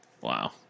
Wow